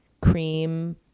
cream